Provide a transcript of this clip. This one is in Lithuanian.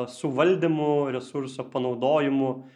suvaldymu resurso panaudojimu